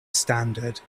standard